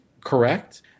correct